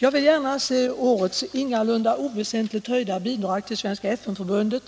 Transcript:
Jag vill gärna se årets ingalunda oväsentligt höjda bidrag till Svenska FN-förbundet